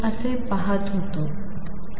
असे पाहत होतो